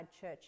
Church